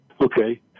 Okay